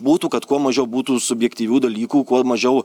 būtų kad kuo mažiau būtų subjektyvių dalykų kuo mažiau